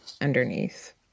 underneath